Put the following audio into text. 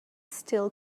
still